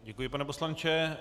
Děkuji, pane poslanče.